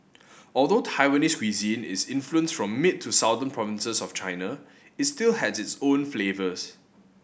although Taiwanese cuisine is influenced from mid to southern provinces of China it still has its own flavours